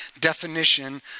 definition